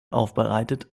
aufbereitet